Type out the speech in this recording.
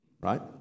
right